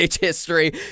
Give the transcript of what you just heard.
history